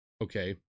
okay